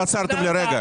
לא עצרתם לרגע.